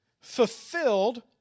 fulfilled